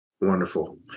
Wonderful